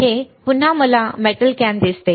तर हे पुन्हा मला मेटल कॅन दिसते